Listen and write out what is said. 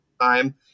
time